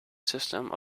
system